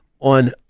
on